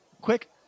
Quick